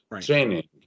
training